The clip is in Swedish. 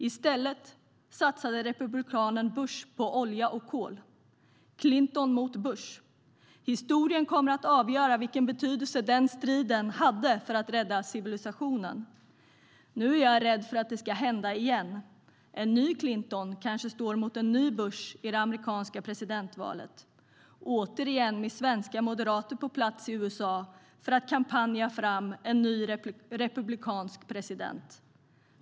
I stället satsade republikanen Bush på olja och kol. Clinton mot Bush - historien kommer att avgöra vilken betydelse den striden hade för att rädda civilisationen. Nu är jag rädd för att det ska hända igen. En ny Clinton kanske står mot en ny Bush i det amerikanska presidentvalet, återigen med svenska moderater på plats i USA för att kampanja fram en ny republikansk president.